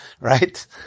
right